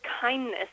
kindness